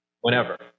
whenever